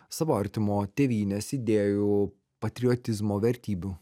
savo artimo tėvynės idėjų patriotizmo vertybių